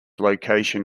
location